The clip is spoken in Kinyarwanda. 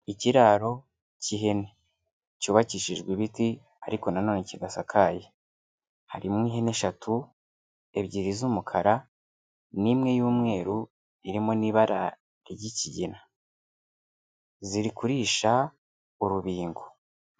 Ikiraro cy'ihene cyubakishijwe ibiti ariko na none kidasakaye, harimo ihene eshatu, ebyiri z'umukara n'imwe y'umweru irimo n'ibara ry'ikigina, ziri kurisha urubingo.